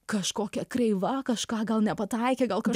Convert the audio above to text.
kažkokia kreiva kažką gal nepataikė gal kaž